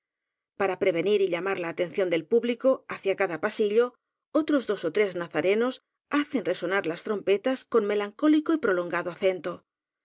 para prevenir y llamar la atención del público hacia cada pasillo otros dos ó tres nazarenos hacen resonar las trompetas con melancólico y prolongado acento